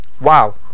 Wow